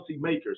policymakers